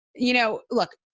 you know, look,